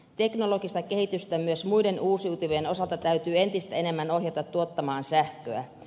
teknologista kehitystä myös muiden uusiutuvien osalta täytyy entistä enemmän ohjata tuottamaan sähköä